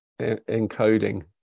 encoding